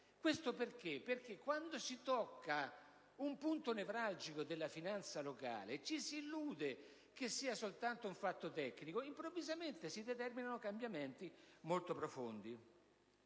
avvenuto perché, quando si tocca un punto nevralgico della finanza locale, ci si illude che sia soltanto un fatto tecnico, mentre improvvisamente si determinano cambiamenti molto profondi.